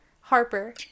Harper